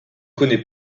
connaît